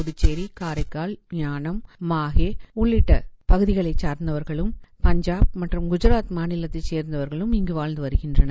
புதச்சேரி காரைக்கால் ஏனாம் மாஷேற உள்ளிட்ட பகுதிகளை கார்ந்தவர்களும் பஞ்சாப் மற்றம் குஜாக் மாநிலத்த சேர்ந்தவர்களும் இங்கு வாழ்ந்து வருகின்றனர்